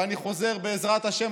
ואני חוזר: בעזרת השם,